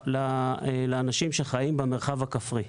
לאנשים שחיים במרחב הכפרי.